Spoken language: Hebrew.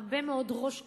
הרבה מאוד "ראש קטן"